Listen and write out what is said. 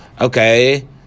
Okay